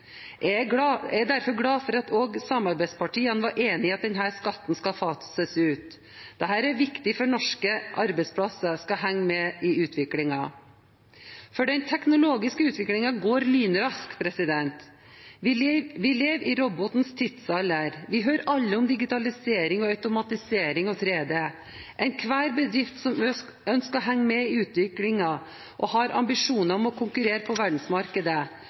Jeg er derfor glad for at også samarbeidspartiene var enig i at denne skatten skal fases ut. Dette er viktig for at norske arbeidsplasser skal henge med i utviklingen. For den teknologiske utviklingen går lynraskt. Vi lever i robotenes tidsalder. Vi hører alle om digitalisering, automatisering og 3D. Enhver bedrift som ønsker å henge med i utviklingen og har ambisjoner om å konkurrere på verdensmarkedet,